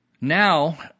now